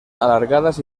alargadas